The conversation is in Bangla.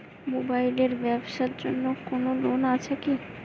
মোবাইল এর ব্যাবসার জন্য কোন লোন আছে কি?